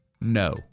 No